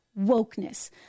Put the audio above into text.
wokeness